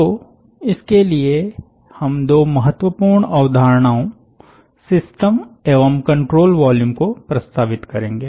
तो इसके लिए हम दो महत्वपूर्ण अवधारणाओं सिस्टम एवं कंट्रोल वॉल्यूम को प्रस्तावित करेंगे